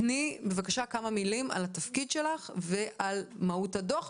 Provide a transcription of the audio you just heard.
תני בבקשה כמה מילים על התפקיד שלך ועל מהות הדוח,